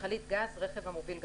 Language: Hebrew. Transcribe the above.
"מכלית גז" רכב המוביל גפ"מ,